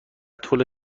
طول